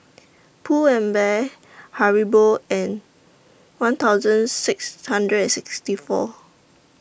Pull and Bear Haribo and one thousand six hundred and sixty four